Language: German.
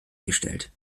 gestellt